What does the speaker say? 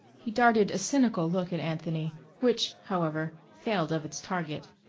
he darted a cynical look at anthony which, however, failed of its target.